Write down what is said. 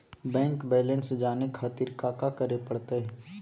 Bank balance जाने खातिर काका करे पड़तई?